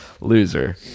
loser